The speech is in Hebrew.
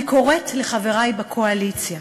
אני קוראת לחברי בקואליציה,